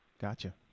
Gotcha